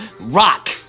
Rock